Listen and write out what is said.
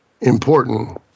important